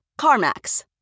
CarMax